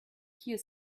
here